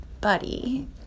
Buddy